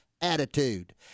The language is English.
attitude